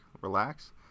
relax